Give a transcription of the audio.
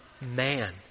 man